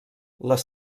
les